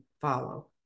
follow